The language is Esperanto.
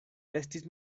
estis